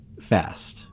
fast